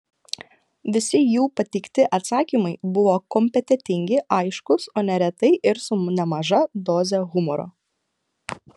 visi jų pateikti atsakymai buvo kompetentingi aiškūs o neretai ir su nemaža doze humoro